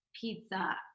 pizza